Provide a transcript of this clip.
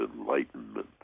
enlightenment